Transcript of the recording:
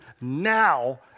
now